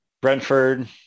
Brentford